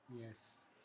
Yes